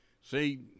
See